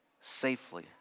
safely